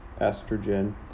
estrogen